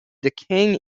decaying